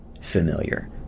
familiar